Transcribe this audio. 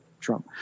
Trump